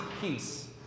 peace